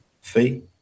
fee